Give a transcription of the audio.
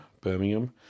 Birmingham